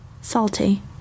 Salty